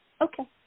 Okay